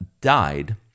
died